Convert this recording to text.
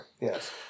yes